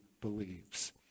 believes